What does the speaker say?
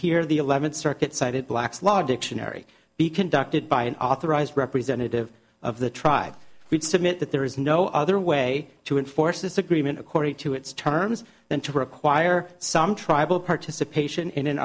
here the eleventh circuit cited black's law dictionary be conducted by an authorized representative of the tribe would submit that there is no other way to enforce this agreement according to its terms than to require some tribal participation in an